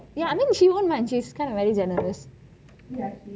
ya I mean she won't mind she is kind of very generous